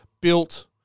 built